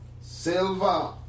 Silver